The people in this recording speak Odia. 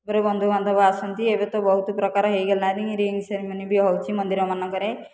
ତାପରେ ବନ୍ଧୁ ବାନ୍ଧବ ଆସନ୍ତି ଏବେ ତ ବହୁତ ପ୍ରକାର ହୋଇଗଲାଣି ରିଙ୍ଗ ସେରିମନି ବି ହେଉଛି ମନ୍ଦିର ମାନଙ୍କରେ